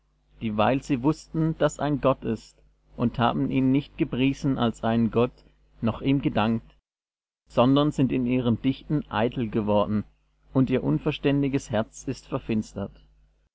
dieweil sie wußten daß ein gott ist und haben ihn nicht gepriesen als einen gott noch ihm gedankt sondern sind in ihrem dichten eitel geworden und ihr unverständiges herz ist verfinstert